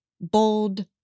bold